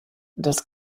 das